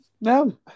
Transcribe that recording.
no